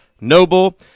Noble